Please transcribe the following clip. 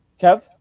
Kev